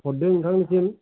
हरदों नोंथांनिसिम